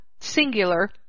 singular